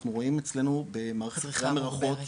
אנחנו רואים אצלנו במערכת הקריאה מרחוק,